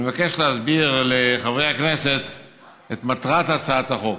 אני מבקש להסביר לחברי הכנסת את מטרת הצעת החוק.